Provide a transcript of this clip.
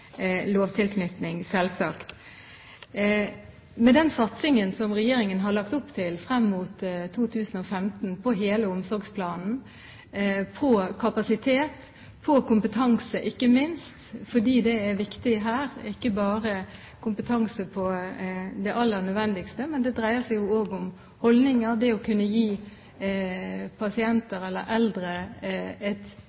Med den satsingen som regjeringen har lagt opp til frem mot 2015 på hele omsorgsplanen, på kapasitet, på kompetanse ikke minst, fordi det er viktig her – ikke bare kompetanse på det aller nødvendigste, men det dreier seg også om holdninger, det å kunne gi